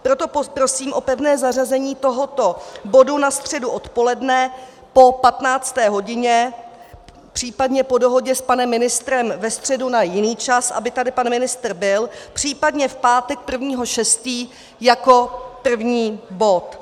Proto prosím o pevné zařazení tohoto bodu na středu odpoledne po 15. hodině, případně po dohodě s panem ministrem ve středu na jiný čas, aby tady pan ministr byl, případně v pátek 1. 6. jako první bod.